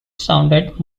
sounded